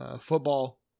Football